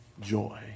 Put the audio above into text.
joy